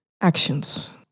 actions